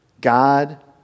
God